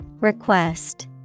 Request